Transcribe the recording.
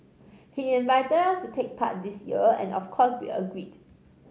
he invited us to take part this year and of course we agreed